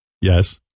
Yes